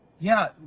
yeah,